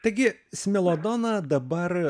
taigi smelodona dabar